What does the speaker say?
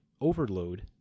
overload